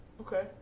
Okay